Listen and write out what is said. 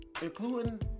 Including